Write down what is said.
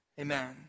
Amen